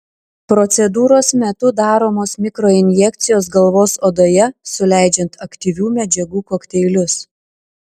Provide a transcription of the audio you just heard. procedūros metu daromos mikroinjekcijos galvos odoje suleidžiant aktyvių medžiagų kokteilius